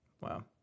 Wow